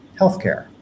healthcare